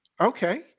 Okay